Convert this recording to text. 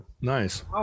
nice